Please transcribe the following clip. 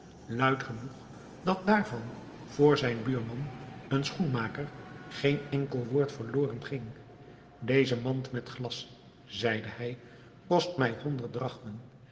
luid genoeg dat daarvan voor zijn buurman een schoenmaker geen enkel woord verloren ging deze mand met glas zeide hij kost mij honderd drachmen